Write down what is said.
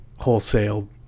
wholesale